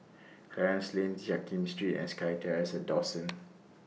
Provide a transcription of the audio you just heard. Clarence Lane Jiak Kim Street and SkyTerrace At Dawson